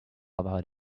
about